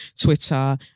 Twitter